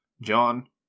John